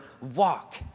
walk